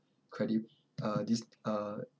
credib~ uh this uh